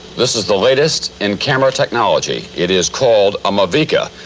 this is the latest in camera technology. it is called a mavica.